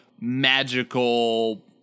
magical